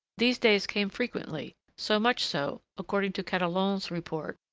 these days came frequently, so much so, according to catalogne's report,